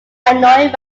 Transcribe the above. annoyed